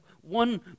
one